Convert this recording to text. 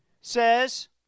says